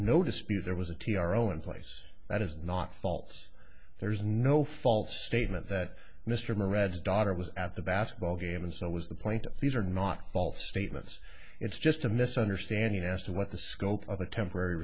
dispute there was a t r o in place that is not false there's no false statement that mr mads daughter was at the basketball game and so was the point these are not false statements it's just a misunderstanding as to what the scope of a temporary